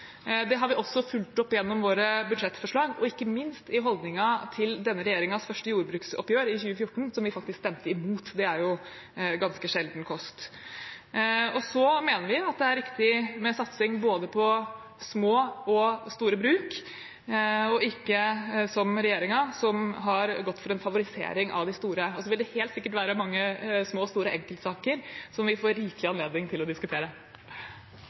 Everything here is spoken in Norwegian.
Det har vi også fulgt opp gjennom våre budsjettforslag og ikke minst i holdningen til denne regjeringens første jordbruksoppgjør, i 2014, som vi faktisk stemte imot. Det er ganske sjelden kost. Så mener vi det er riktig med satsing på både små og store bruk, og ikke som regjeringen, som har gått for en favorisering av de store. Og så vil det helt sikkert være mange små og store enkeltsaker som vi får rikelig anledning til å diskutere.